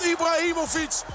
Ibrahimovic